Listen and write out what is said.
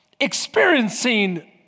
experiencing